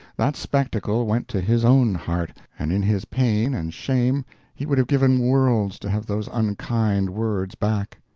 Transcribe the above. that spectacle went to his own heart, and in his pain and shame he would have given worlds to have those unkind words back.